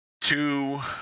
two